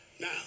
Now